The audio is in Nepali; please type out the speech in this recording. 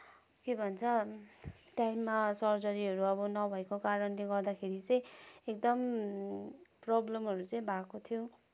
के भन्छ टाइममा सर्जरीहरू अब नभएको कारणले गर्दाखेरि चाहिँ एकदम प्रब्लमहरू चाहिँ भएको थियो